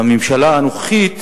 והממשלה הנוכחית